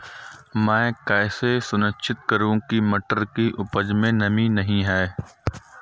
मैं कैसे सुनिश्चित करूँ की मटर की उपज में नमी नहीं है?